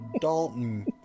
Dalton